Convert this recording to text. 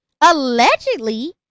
Allegedly